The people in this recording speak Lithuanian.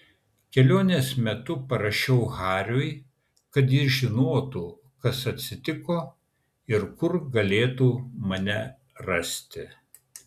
kelionės metu parašiau hariui kad jis žinotų kas atsitiko ir kur galėtų mane rasti